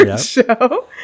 show